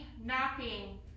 knocking